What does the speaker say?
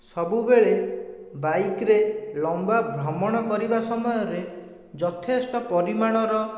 ସବୁବେଳେ ବାଇକ୍ରେ ଲମ୍ବା ଭ୍ରମଣ କରିବା ସମୟରେ ଯଥେଷ୍ଟ ପରିମାଣର